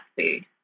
food